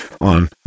on